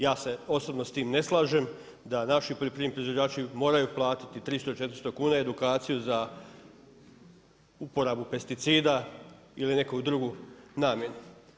Ja se osobno s tim ne slažem, da naši poljoprivredni proizvođači moraju platiti, 300, 400 kuna edukaciju za uporabu pesticida ili neku drugu namjenu.